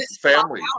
family